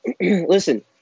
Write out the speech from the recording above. Listen